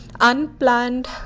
unplanned